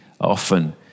often